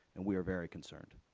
and we are very concerned.